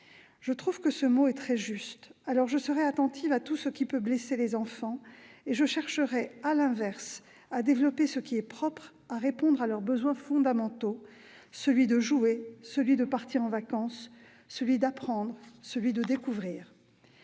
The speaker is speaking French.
Je trouve que ce mot est très juste. Alors je serai attentive à tout ce qui peut blesser les enfants et je chercherai,, à développer ce qui est propre à répondre à leurs besoins fondamentaux : jouer, partir en vacances, apprendre, découvrir.